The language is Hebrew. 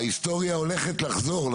ההיסטוריה הולכת לחזור,